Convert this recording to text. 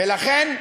ולכן אני,